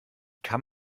kann